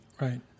Right